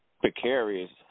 precarious